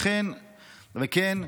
וכן,